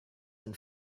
and